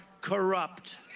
corrupt